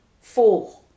four